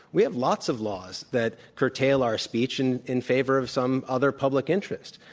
we have lots of laws that curtail our speech in in favor of some other public interest.